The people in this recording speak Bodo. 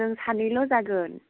जों सानैल' जागोन